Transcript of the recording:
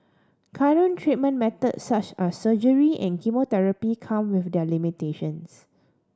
current treatment method such as surgery and chemotherapy come with their limitations